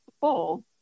full